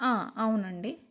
అవునండి